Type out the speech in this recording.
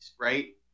right